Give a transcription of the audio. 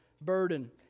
burden